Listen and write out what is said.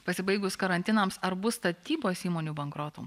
pasibaigus karantinams ar bus statybos įmonių bankrotų